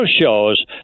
shows